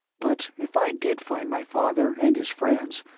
but if i did find my father and his friends,